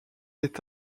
est